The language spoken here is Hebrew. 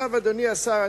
אדוני השר,